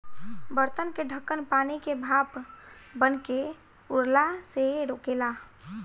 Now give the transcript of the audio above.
बर्तन के ढकन पानी के भाप बनके उड़ला से रोकेला